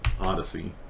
Odyssey